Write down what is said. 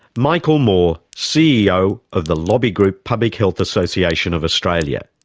michael moore, ceo of the lobby group, public health association of australia.